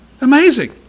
Amazing